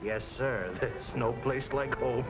yes sir no place like old